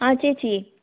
ആ ചേച്ചി